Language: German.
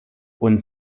und